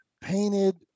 painted